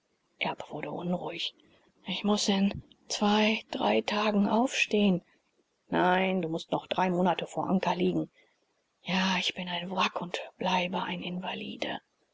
wurde unruhig ich muß in zwei drei tagen aufstehen nein du mußt noch drei monate vor anker liegen ja ich bin ein wrack und bleibe ein invalide